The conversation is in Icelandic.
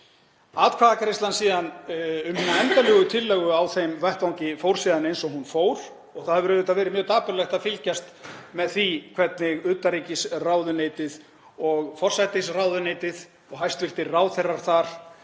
Atkvæðagreiðslan um hina endanlegu tillögu á þeim vettvangi fór síðan eins og hún fór og það hefur auðvitað verið mjög dapurlegt að fylgjast með því hvernig utanríkisráðuneytið og forsætisráðuneytið og hæstv. ráðherrar þar